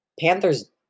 Panthers